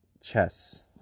chess